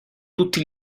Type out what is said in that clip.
tutti